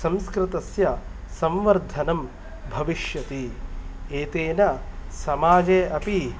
संस्कृतस्य संवर्धनं भविष्यति एतेन समाजे अपि